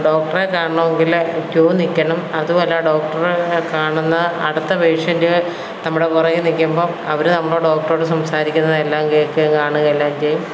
ഡോക്ടറെ കാണണമെങ്കിൽ ക്യു നിൽക്കണം അതുവല്ല ഡോക്ടറ് കാണുന്ന അടുത്ത പേഷ്യൻ്റ് നമ്മുടെ പുറകേ നിൽക്കുമ്പം അവർ നമ്മൾ ഡോക്ടറോട് സംസാരിക്കുന്നതെല്ലാം കേൾക്കുകയും കാണുക എല്ലാം ചെയ്യും